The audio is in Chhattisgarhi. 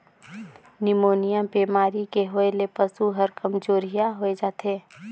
निमोनिया बेमारी के होय ले पसु हर कामजोरिहा होय जाथे